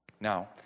Now